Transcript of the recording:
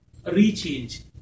rechange